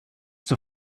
zur